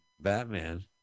Batman